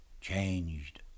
changed